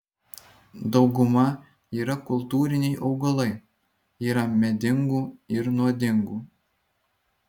dauguma yra kultūriniai augalai yra medingų ir nuodingų